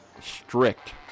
strict